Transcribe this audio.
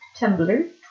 Tumblr